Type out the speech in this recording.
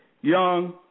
young